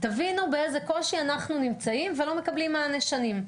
שיבינו באיזה קושי הם נמצאים ולא מקבלים מענה שנים.